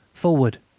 forward!